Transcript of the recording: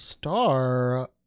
Star